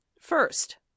first